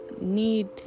need